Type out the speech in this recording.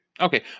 Okay